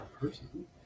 person